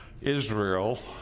Israel